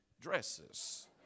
dresses